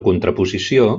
contraposició